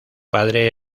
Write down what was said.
padre